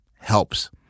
helps